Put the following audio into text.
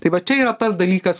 tai va čia yra tas dalykas